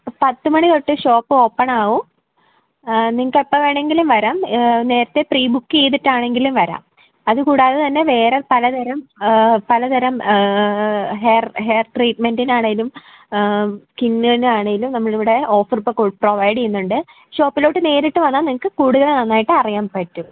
പത്ത് മണിത്തൊട്ട് ഷോപ്പ് ഓപ്പണാകും നിങ്ങൾക്ക് ഇപ്പോൾ വേണമെങ്കിലും വരാം നേരത്തെ പ്രീ ബുക്ക് ചെയ്തിട്ടാണെങ്കിലും വരാം അതുകൂടാതെ തന്നെ വേറെ പലതരം പലതരം ഹെയർ ഹെയർ ട്രീറ്റ്മെൻറിനാണെലും സ്കിന്നിനാണേലും നമ്മൾ ഇവിടെ ഓഫർസൊക്കെ പ്രൊവൈഡ് ചെയ്യുന്നുണ്ട് ഷോപ്പിലോട്ട് നേരിട്ട് വന്നാൽ നിങ്ങൾക്ക് കൂടുതൽ നന്നായിട്ട് അറിയാൻ പറ്റും